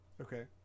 Okay